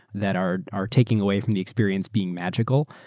that are are taking away from the experience being magical.